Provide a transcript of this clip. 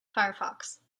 firefox